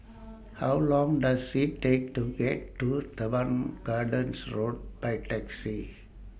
How Long Does IT Take to get to Teban Gardens Road By Taxi